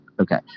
Okay